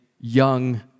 young